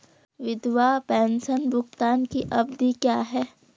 विधवा पेंशन भुगतान की अवधि क्या है?